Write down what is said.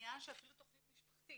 בניה אפילו של תכנית משפחתית.